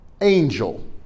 angel